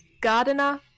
gardener